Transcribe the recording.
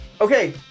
Okay